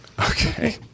Okay